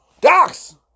Docs